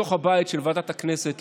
לתוך הבית של ועדת הכנסת,